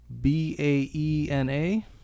B-A-E-N-A